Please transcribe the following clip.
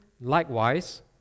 likewise